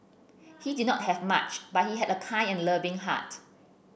he did not have much but he had a kind and loving heart